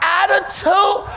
attitude